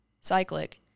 cyclic